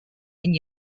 and